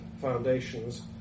foundations